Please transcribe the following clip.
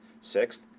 sixth